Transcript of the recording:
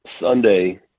Sunday